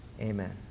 Amen